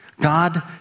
God